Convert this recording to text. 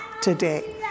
today